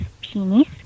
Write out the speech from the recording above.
penis